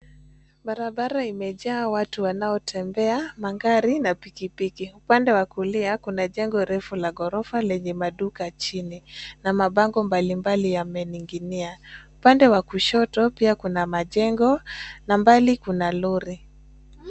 Barabara imejaa watu wanaotembea, magari na pikipiki. Upande wa kulia kuna jengo refu la gorofa lenye maduka chini. Na mabango mbalimbali yameninginia. Upande wa kushoto pia kuna majengo, na mbali kuna lori.